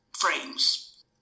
frames